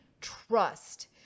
trust